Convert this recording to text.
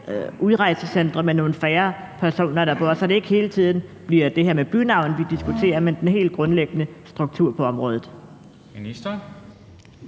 udrejsecentre med nogle færre personer, der bor der, så det ikke hele tiden bliver det her med bynavne, vi diskuterer, men den helt grundlæggende struktur på området. Kl.